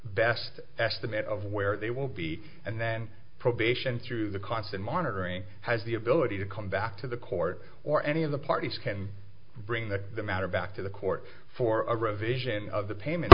best estimate of where they will be and then probation through the constant monitoring has the ability to come back to the court or any of the parties can bring the matter back to the court for a revision of the payment